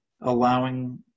allowing